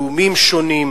לאומים שונים,